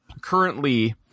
currently